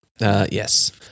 Yes